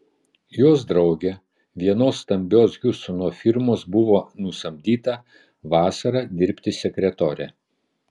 jos draugė vienos stambios hjustono firmos buvo nusamdyta vasarą dirbti sekretore